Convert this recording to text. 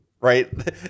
Right